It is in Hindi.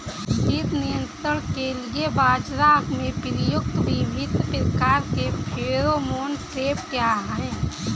कीट नियंत्रण के लिए बाजरा में प्रयुक्त विभिन्न प्रकार के फेरोमोन ट्रैप क्या है?